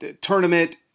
tournament